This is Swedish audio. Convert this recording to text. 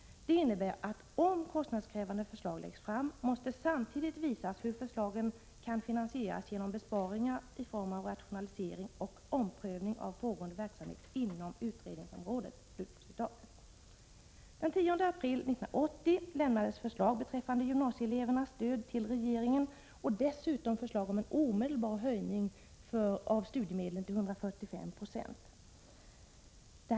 Det innebär att om kostnadskrävande förslag läggs fram måste samtidigt visas hur förslagen kan finansieras genom besparingar i form av rationaliseringar och omprövning av pågående verksamhet inom utredningsområdet.” Den 10 april 1980 lämnades förslag till regeringen beträffande gymnasieelevernas stöd och också beträffande en omedelbar höjning av studiemedlen till 145 96.